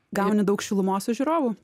gauni daug šilumos iš žiūrovų